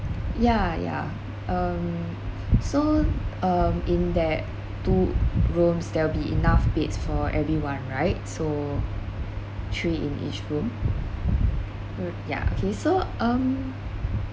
yeah yeah um so um in that two rooms there will be enough beds for everyone right so three in each room good yeah okay so um